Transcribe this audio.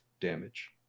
Damage